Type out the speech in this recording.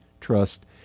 trust